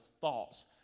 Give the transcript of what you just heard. thoughts